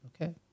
okay